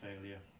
failure